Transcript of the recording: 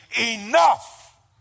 enough